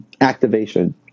activation